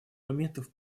моментов